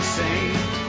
saint